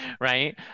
Right